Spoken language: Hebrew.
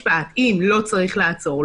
שאם לא צריך לעצור,